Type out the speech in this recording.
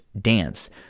Dance